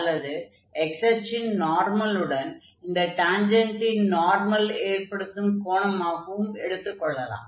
அல்லது x அச்சின் நார்மலுடன் இந்த டான்ஜென்டின் நார்மல் ஏற்படுத்தும் கோணமாகவும் எடுத்துக் கொள்ளலாம்